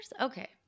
Okay